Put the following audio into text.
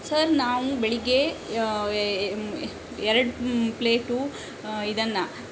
sir ನಾವು ಬೆಳಿಗ್ಗೆ ಎರಡು ಪ್ಲೇಟು ಇದನ್ನು